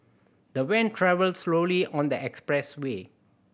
the van travelled slowly on the expressway